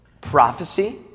prophecy